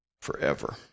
forever